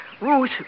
Ruth